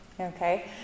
Okay